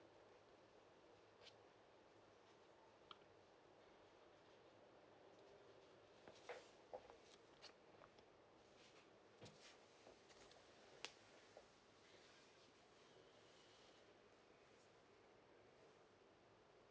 mm